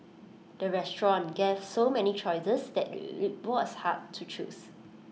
the restaurant gave so many choices that was hard to choose